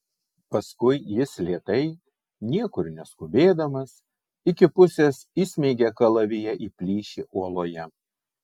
paskui jis lėtai niekur neskubėdamas iki pusės įsmeigė kalaviją į plyšį uoloje